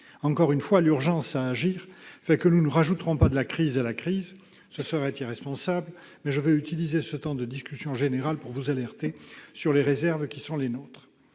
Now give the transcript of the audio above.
Encore une fois, l'urgence à agir fait que nous ne rajouterons pas de la crise à la crise, ce serait irresponsable. Mais je veux utiliser ce temps de discussion générale pour vous alerter sur les réserves qui sont les nôtres.